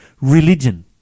religion